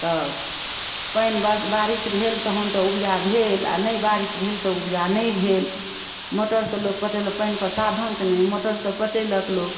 तऽ पानि बारिश भेल तहन तऽ उपजा भेल आओर नहि बारिश भेल तऽ उपजा नहि भेल मोटरसँ लोक पटेलक पानिके साधन तऽ नहि मोटरसँ पटेलक लोग